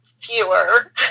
fewer